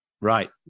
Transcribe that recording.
Right